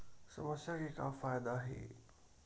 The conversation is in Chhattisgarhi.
समस्या के का फ़ायदा हे?